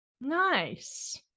Nice